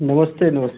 नमस्ते नमस्ते